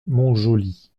montjoly